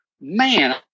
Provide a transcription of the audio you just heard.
Man